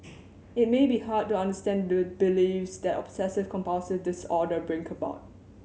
it may be hard to understand the beliefs that obsessive compulsive disorder bring about